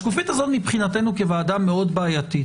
השקופית הזאת מבחינתנו כוועדה היא בעייתית.